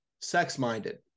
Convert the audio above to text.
sex-minded